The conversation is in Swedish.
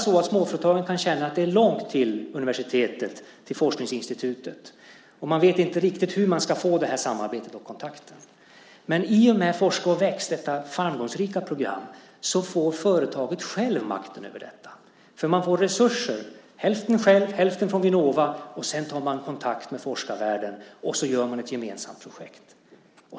Småföretagen kan ofta känna att det är långt till universitetet, till forskningsinstitutet, och man vet inte riktigt hur man ska få samarbetet och kontakten. Men i och med Forska och väx, detta framgångsrika program, får företaget självt makten över detta. För man får resurser, hälften själv, hälften från Vinnova, och sedan tar man kontakt med forskarvärlden och så gör man ett gemensamt projekt.